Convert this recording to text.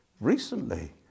Recently